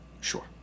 sure